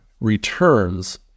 returns